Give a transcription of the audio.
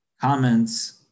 comments